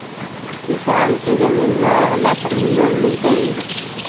किसान के जमीन न रहला पर भी लोन मिलतइ?